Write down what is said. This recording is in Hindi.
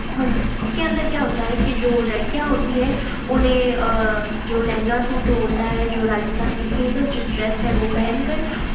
और उसके अंदर क्या होता है कि जो लड़कियाँ होती है उन्हें जो लहंगा सूट होता है जो राजस्थान की फ़ेमस जो ड्रेस है वो पहन कर